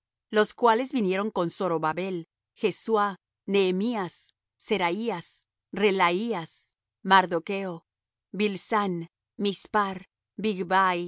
los cuales vinieron con zorobabel jesuá nehemías seraías reelaías mardocho bilsán mispar